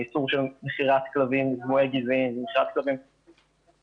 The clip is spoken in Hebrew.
האיסור של מכירת כלבים --- גזעיים ---.